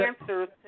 answers